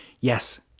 Yes